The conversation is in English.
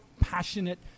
passionate